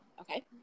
okay